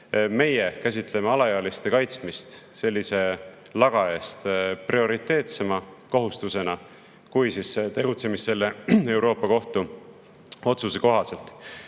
meie käsitleme alaealiste kaitsmist sellise laga eest prioriteetsema kohustusena kui tegutsemist selle Euroopa Kohtu otsuse kohaselt.